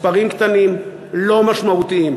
מספרים קטנים, לא משמעותיים.